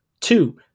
Two